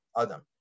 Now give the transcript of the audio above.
Adam